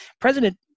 President